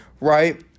right